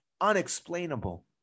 unexplainable